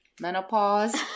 menopause